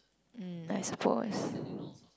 mm nice voice